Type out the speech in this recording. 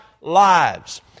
lives